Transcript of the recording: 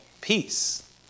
peace